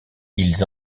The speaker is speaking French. ils